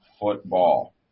football